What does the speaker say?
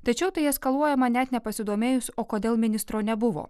tačiau tai eskaluojama net nepasidomėjus o kodėl ministro nebuvo